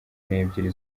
n’ebyiri